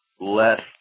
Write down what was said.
less